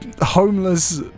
Homeless